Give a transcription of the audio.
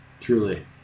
Truly